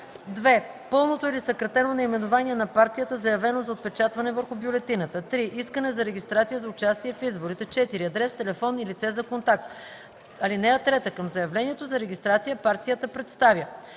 2. пълното или съкратено наименование на партията, заявено за отпечатване върху бюлетината; 3. искане за регистрация за участие в изборите; 4. адрес, телефон и лице за контакт. (3) Към заявлението за регистрация партията представя: